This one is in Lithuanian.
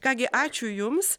ką gi ačiū jums